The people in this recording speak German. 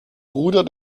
bruder